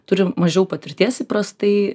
turi mažiau patirties įprastai